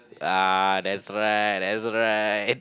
ah that's right that's right